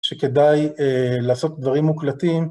שכדאי לעשות דברים מוקלטים.